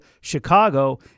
Chicago